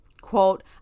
quote